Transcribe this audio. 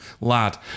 lad